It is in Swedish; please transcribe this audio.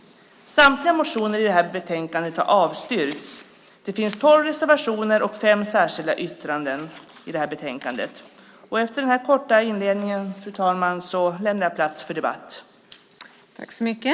Samtliga motioner i detta betänkande har avstyrkts. Det finns tolv reservationer och fem särskilda yttranden i det här betänkandet. Efter den här korta inledningen, fru talman, lämnar jag plats för debatt.